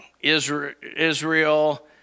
Israel